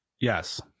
Yes